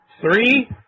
Three